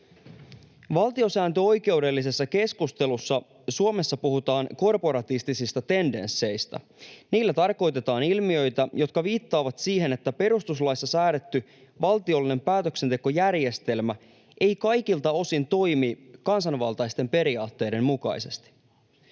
Valtiosääntöoikeudellisessa keskustelussa Suomessa puhutaan korporatistisista tendensseistä. Niillä tarkoitetaan ilmiöitä, jotka viittaavat siihen, että perustuslaeissa säädetty valtiollinen päätöksentekojärjestelmä ei kaikilta osin toimi kansanvaltaisten periaatteiden mukaisesti.